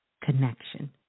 connection